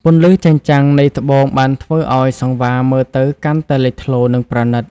ពន្លឺចែងចាំងនៃត្បូងបានធ្វើឱ្យសង្វារមើលទៅកាន់តែលេចធ្លោ និងប្រណីត។